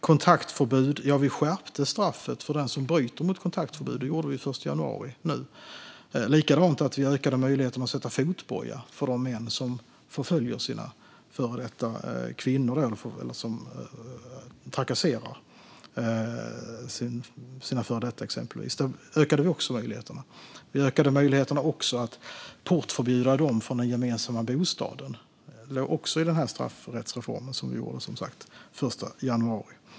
Den 1 januari skärpte vi också straffet för den som bryter mot kontaktförbud. Likaså har vi ökat möjligheterna att sätta fotboja på de män som förföljer och trakasserar till exempel sina före detta fruar och också ökat möjligheterna att portförbjuda dem från den gemensamma bostaden. Detta ingick också i den straffrättsreform som vi gjorde den 1 januari.